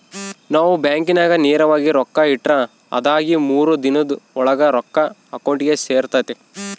ನಾವು ಬ್ಯಾಂಕಿನಾಗ ನೇರವಾಗಿ ರೊಕ್ಕ ಇಟ್ರ ಅದಾಗಿ ಮೂರು ದಿನುದ್ ಓಳಾಗ ರೊಕ್ಕ ಅಕೌಂಟಿಗೆ ಸೇರ್ತತೆ